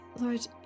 Lord